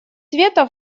света